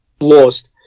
lost